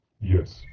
Yes